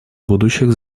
будущих